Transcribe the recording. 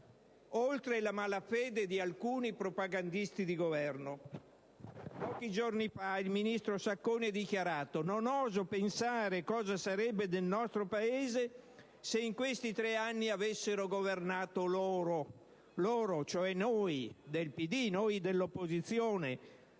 Oltre la malafede di alcuni propagandisti di Governo. Pochi giorni fa il ministro Sacconi ha dichiarato: «Non oso pensare cosa sarebbe stato del nostro Paese se in questi tre anni avessero governato loro», cioè noi del PD, dell'opposizione.